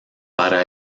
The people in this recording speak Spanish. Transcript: para